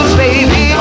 baby